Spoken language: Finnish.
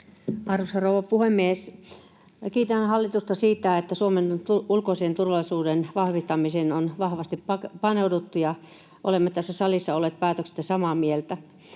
Arvoisa rouva puhemies! Kiitän hallitusta siitä, että Suomen ulkoisen turvallisuuden vahvistamiseen on vahvasti paneuduttu. Olemme tässä salissa olleet päätöksestä samaa mieltä.